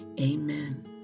Amen